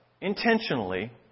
intentionally